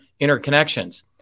interconnections